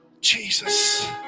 Jesus